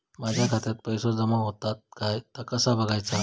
माझ्या खात्यात पैसो जमा होतत काय ता कसा बगायचा?